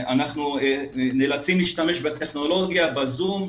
אנחנו נאלצים להשתמש בטכנולוגיה, ב-זום.